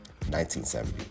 1970